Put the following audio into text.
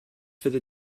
fyddi